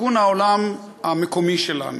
תיקון העולם המקומי שלנו.